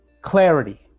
clarity